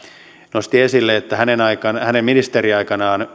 nosti esille että hänen ministeriaikanaan